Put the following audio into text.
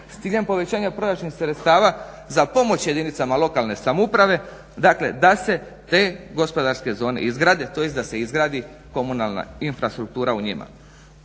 s ciljem povećanja proračunskih sredstava za pomoć jedinicama lokalne samouprave da se te gospodarske zone izgrade tj. da se izgradi komunalna infrastruktura u njima.